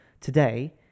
Today